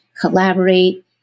collaborate